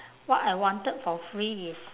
what I wanted for free is